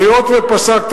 היות שפסקת,